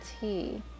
tea